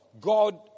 God